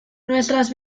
nuestras